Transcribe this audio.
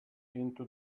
into